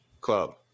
club